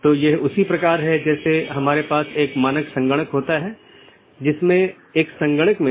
तो यह एक तरह से पिंगिंग है और एक नियमित अंतराल पर की जाती है